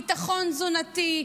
ביטחון תזונתי,